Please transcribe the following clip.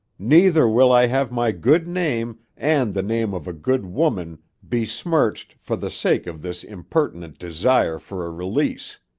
neither will i have my good name and the name of a good woman besmirched for the sake of this impertinent desire for a release.